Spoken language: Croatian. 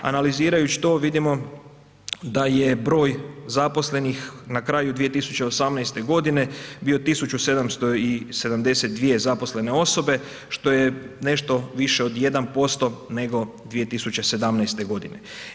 Analizirajući to vidimo da je broj zaposlenih na kraju 2018. godine bio 1.772 zaposlene osobe što je nešto više od 1% nego 2017. godine.